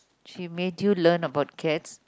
she made you learn about cats